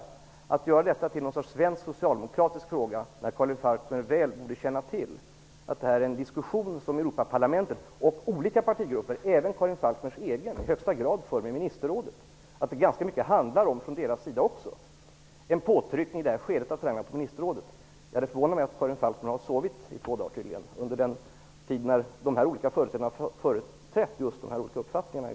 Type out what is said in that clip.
Karin Falkmer gör detta till någon sorts svensk socialdemokratisk fråga, trots att hon väl borde känna till att det här är en diskussion som Europaparlamentet och olika partigrupper -- även Karin Falkmers egen -- i högsta grad för med ministerrådet. Det handlar i det här skedet mycket om en påtryckning på bl.a. ministerrådet. Det förvånar mig att Karin Falkmer har sovit i två dagar, under den tid när de olika företrädarna har uttryckt sina uppfattningar.